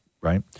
right